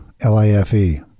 L-I-F-E